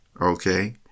Okay